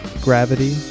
Gravity